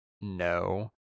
no